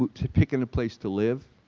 to picking a place to live.